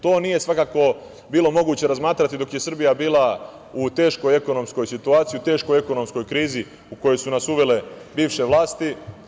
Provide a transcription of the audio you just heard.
To nije svakako bilo moguće razmatrati dok je Srbija bila u teškoj ekonomskoj situaciji, u teškoj ekonomskoj krizi u koju su nas uvele bivše vlasti.